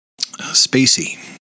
Spacey